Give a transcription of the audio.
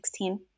2016